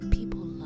People